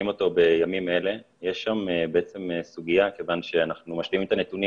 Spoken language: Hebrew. הכי גרוע